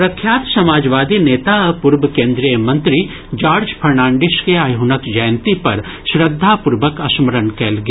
प्रख्यात समाजवादी नेता आ पूर्व केन्द्रीय मंत्री जार्ज फर्नांडीस के आइ हुनक जयंती पर श्रद्धापूर्वक स्मरण कयल गेल